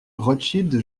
rothschild